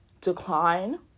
decline